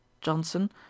johnson